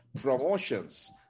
promotions